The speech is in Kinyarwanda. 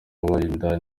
wabyawe